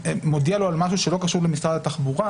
מודיע לו על משהו שלא קשור למשרד התחבורה,